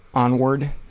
onward?